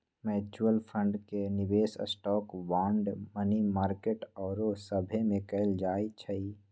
mutual fund के निवेश stock, bond, money market आउरो सभमें कएल जाइ छइ